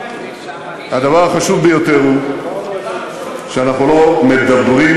הדבר החשוב ביותר הוא שאנחנו לא מדברים,